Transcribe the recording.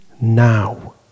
now